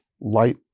light